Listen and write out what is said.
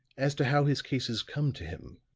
as to how his cases come to him.